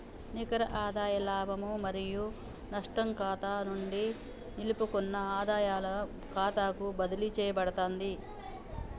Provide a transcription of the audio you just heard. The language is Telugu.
నికర ఆదాయ లాభం మరియు నష్టం ఖాతా నుండి నిలుపుకున్న ఆదాయాల ఖాతాకు బదిలీ చేయబడతాంది